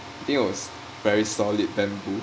I think was very solid bamboo